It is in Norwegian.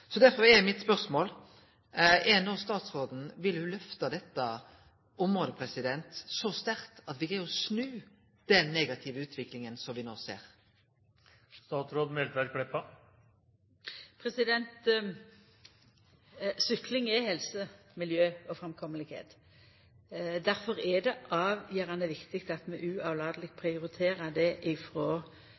så ser me at me har gått i negativ retning. Derfor er mitt spørsmål: Vil statsråden no lyfte dette området så sterkt at me greier å snu den negative utviklinga som me no ser? Sykling er helse, miljø og framkomst. Difor er det avgjerande viktig at vi uavlateleg prioriterer det